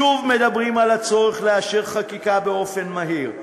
שוב מדברים על הצורך לאשר חקיקה באופן מהיר.